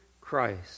Christ